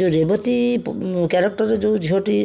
ଯେଉଁ ରେବତୀ କ୍ୟାରେକ୍ଟର ଯେଉଁ ଝିଅଟି